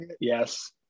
Yes